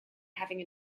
having